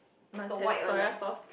must have soya sauce